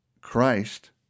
Christ